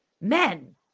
men